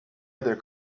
other